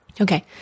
Okay